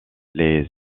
les